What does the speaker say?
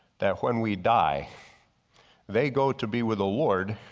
that when we die they go to be with the lord